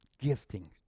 Gifting